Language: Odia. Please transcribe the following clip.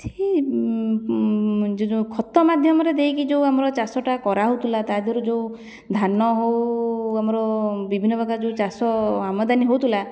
ସେଇ ଯେଉଁ ଖତ ମାଧ୍ୟମରେ ଦେଇକି ଯେଉଁ ଆମର ଚାଷଟା କରାହେଉଥିଲା ତା ଦେହରୁ ଯେଉଁ ଧାନ ହେଉ ଆମର ବିଭିନ୍ନ ପ୍ରକାର ଯେଉଁ ଚାଷ ଆମଦାନୀ ହେଉଥିଲା